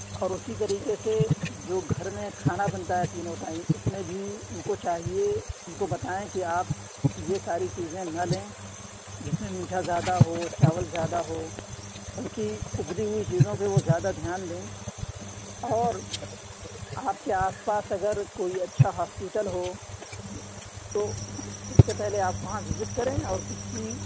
اور اُسی طریقے سے جو گھر میں کھانا بنتا ہے تینوں ٹائم اُس میں بھی اُن کو چاہیے اُن کو بتائیں کہ آپ یہ ساری چیزیں نہ لیں جس میں میٹھا زیادہ ہو چاول زیادہ ہو بلکہ اُبلی ہوئی چیزوں پہ وہ زیادہ دھیان دیں اور آپ کے آس پاس اگر کوئی اچھا ہاسپٹل ہو تو سب سے پہلے آپ وہاں وزٹ کریں اور کسی